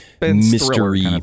mystery